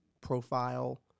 profile